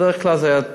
בדרך כלל זה היה מעבר.